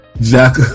jack